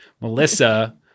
Melissa